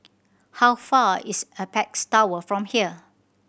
how far is Apex Tower from here